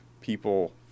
people